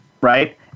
Right